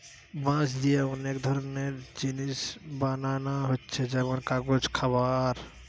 বাঁশ দিয়ে অনেক ধরনের জিনিস বানানা হচ্ছে যেমন কাগজ, খাবার